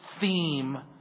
theme